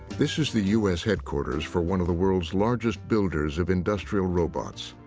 this is the u s. headquarters for one of the world's largest builders of industrial robots,